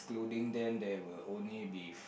pudding there then there will only be